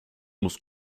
muss